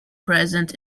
present